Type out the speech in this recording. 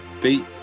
beat